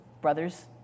brothers